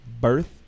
birth